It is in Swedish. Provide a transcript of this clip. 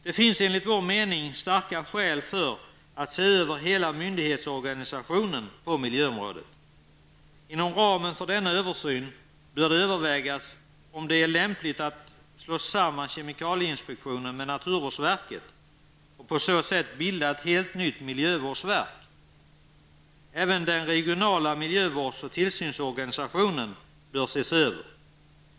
Det finns enligt vår mening starka skäl för att se över hela myndighetsorganisationen på miljöområdet. Inom ramen för denna översyn bör det övervägas om det är lämpligt att slå samman kemikalieinspektionen med naturvårdsverket och på så sätt bilda ett helt nytt miljövårdsverk. Även den regionala miljövårds och tillsynsorganisationen bör ses över.